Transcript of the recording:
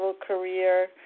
career